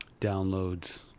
downloads